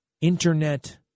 Internet